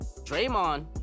Draymond